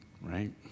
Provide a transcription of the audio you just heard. Right